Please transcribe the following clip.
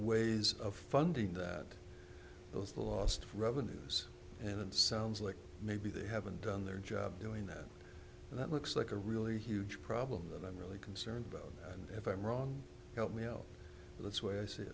ways of funding that those lost revenues and it sounds like maybe they haven't done their job doing that that looks like a really huge problem that i'm really concerned about and if i'm wrong help me out that's why i s